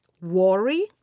worry